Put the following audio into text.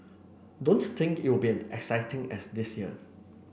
don't think it will be as exciting as this year